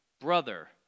brother